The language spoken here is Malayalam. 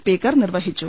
സ്പീക്കർ നിർവഹിച്ചു